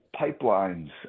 pipelines